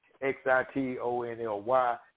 X-I-T-O-N-L-Y